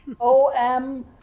O-M